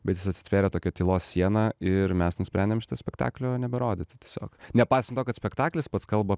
bet jis atsitvėrė tokia tylos siena ir mes nusprendėm šito spektaklio neberodyti tiesiog nepaisant to kad spektaklis pats kalba